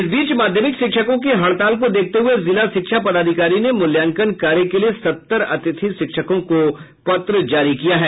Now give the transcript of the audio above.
इस बीच माध्यमिक शिक्षकों की हड़ताल को देखते हुये जिला शिक्षा पदाधिकारी ने मूल्यांकन कार्य के लिए सत्तर अतिथि शिक्षकों को पत्र जारी किया है